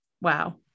Wow